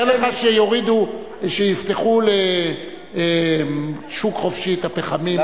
תאר לך שיפתחו לשוק חופשי את הפחמים,